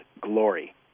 glory